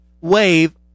wave